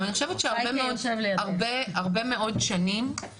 אבל אני חושבת שהרבה מאוד שנים,